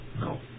no